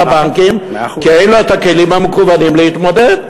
הבנקים כי אין לו הכלים המקוונים להתמודד.